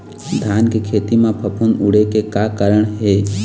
धान के खेती म फफूंद उड़े के का कारण हे?